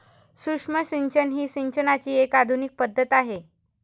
सूक्ष्म सिंचन ही सिंचनाची एक आधुनिक पद्धत आहे